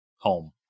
home